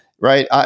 Right